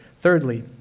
Thirdly